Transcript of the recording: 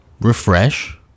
Refresh